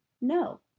no